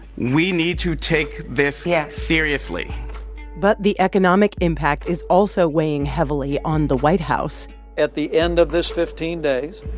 we need to take this yeah seriously but the economic impact is also weighing heavily on the white house at the end of this fifteen days,